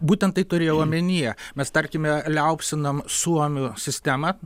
būtent tai turėjau omenyje mes tarkime liaupsinam suomių sistemą